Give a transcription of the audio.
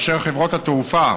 וחברות התעופה,